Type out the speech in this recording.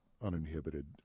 uninhibited